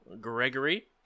Gregory